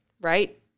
right